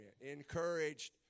Encouraged